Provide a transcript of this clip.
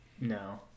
no